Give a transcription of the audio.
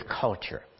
culture